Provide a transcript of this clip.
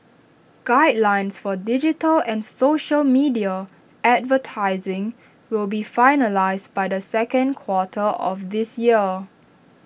guidelines for digital and social media advertising will be finalised by the second quarter of this year